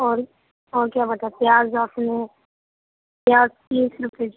اور اور کیا بتا پیاز لہسن ہے پیاز تیس روپے کی